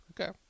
Okay